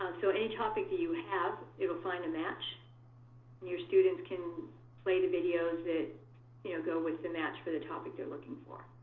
um so any topic that you have, it'll find a match, and your students can play the videos that you know go with the match for the topic they're looking for.